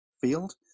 field